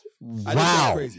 Wow